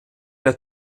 der